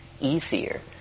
easier